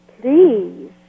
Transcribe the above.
please